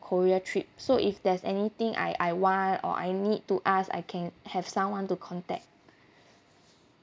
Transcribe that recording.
korea trip so if there's anything I I want or I need to ask I can have someone to contact